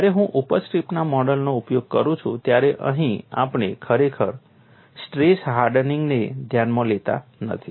જ્યારે હું ઉપજ સ્ટ્રીપના મોડેલનો ઉપયોગ કરું છું ત્યારે અહીં આપણે ખરેખર સ્ટ્રેસ હાર્ડનિંગને ધ્યાનમાં લેતા નથી